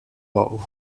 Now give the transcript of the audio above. bou